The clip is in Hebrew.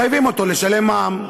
מחייבים אותה לשלם מע"מ.